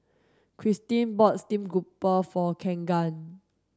Christine bought stream grouper for Keagan